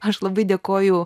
aš labai dėkoju